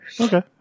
okay